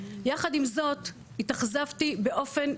יחד עם זאת התאכזבתי באופן,